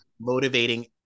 motivating